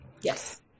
Yes